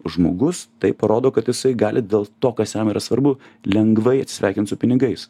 žmogus taip parodo kad jisai gali dėl to kas jam yra svarbu lengvai atsisveikint su pinigais